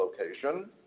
location